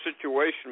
situation